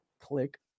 Click